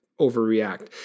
overreact